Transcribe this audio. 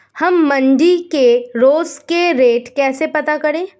हम मंडी के रोज के रेट कैसे पता करें?